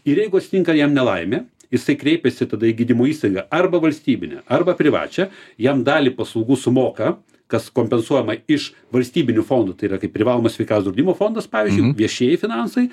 ir jeigu atsitinka jam nelaimė jisai kreipiasi tada į gydymo įstaigą arba valstybinę arba privačią jam dalį paslaugų sumoka kas kompensuojama iš valstybinių fondų tai yra kaip privalomas sveikatos draudimo fondas pavyzdžiui viešieji finansai